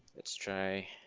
let's try